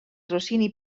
rossini